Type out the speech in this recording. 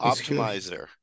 Optimizer